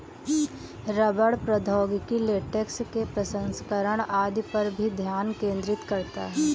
रबड़ प्रौद्योगिकी लेटेक्स के प्रसंस्करण आदि पर भी ध्यान केंद्रित करता है